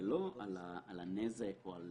ולא על הנזק או על